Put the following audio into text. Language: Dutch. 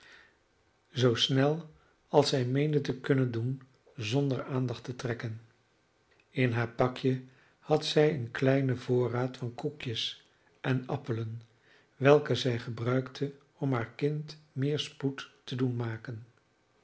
zoo snel als zij meende te kunnen doen zonder aandacht te trekken in haar pakje had zij een kleinen voorraad van koekjes en appelen welke zij gebruikte om haar kind meer spoed te doen maken